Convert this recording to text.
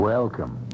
Welcome